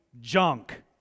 junk